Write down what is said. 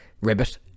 ribbit